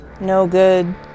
no-good